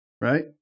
right